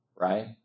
Right